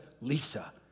Lisa